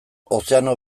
ozeano